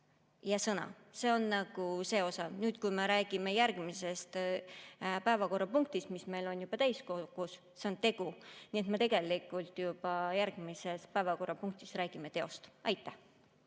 ja sõna. See on nagu see osa. Nüüd, kui me räägime järgmisest päevakorrapunktist, mis meil on juba täiskogus, siis see on tegu. Nii et tegelikult juba järgmises päevakorrapunktis me räägime teost. Heiki